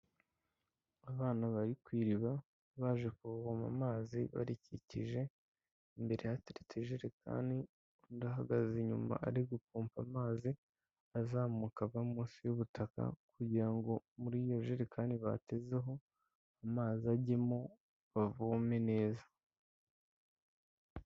Abana bari ku iriba, baje kuvoma amazi barikikije, imbere hateretse ijerekani, undi ahagaze inyuma ari gupompa amazi, azamuka ava munsi y'ubutaka, kugira ngo muri iyo jerekani batezeho, amazi ajyemo bavome neza.